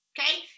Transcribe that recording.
okay